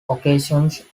occasions